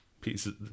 pieces